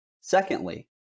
secondly